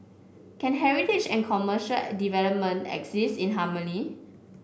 can heritage and commercial development exist in harmony